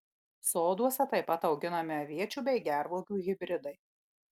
soduose taip pat auginami aviečių bei gervuogių hibridai